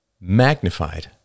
magnified